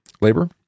labor